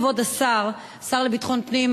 כבוד השר לביטחון פנים,